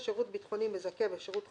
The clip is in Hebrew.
"שירות ביטחוני מזכה" ו"שירות חובה"